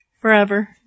forever